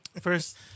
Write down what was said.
First